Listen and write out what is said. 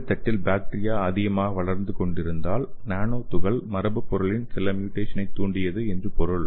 இந்த தட்டில் பாக்டீரியா அதிகமாக வளர்ந்து கொண்டிருந்தால் நானோ துகள் மரபணுப் பொருளில் சில ம்யூடெஸனைத் தூண்டியது என்று பொருள்